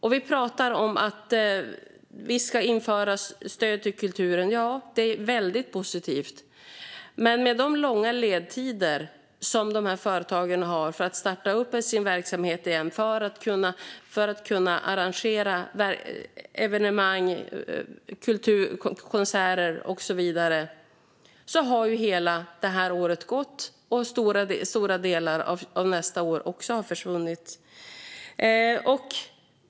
Vi pratar om att vi ska införa stöd till kulturen. Ja, det är väldigt positivt. Men med de långa ledtider som dessa företag har för att starta upp sin verksamhet igen och kunna arrangera kulturevenemang, konserter och så vidare har hela det här året gått, och stora delar av nästa år har också försvunnit.